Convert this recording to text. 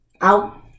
out